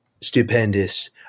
stupendous